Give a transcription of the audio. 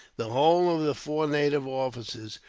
the whole of the four native officers,